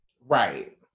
Right